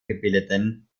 gebildeten